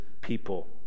people